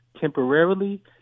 temporarily